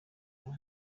her